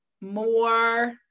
more